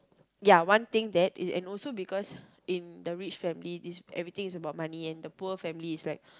ya one thing that and also because in the rich family this everything is about money and the poor family is like